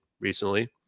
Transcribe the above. recently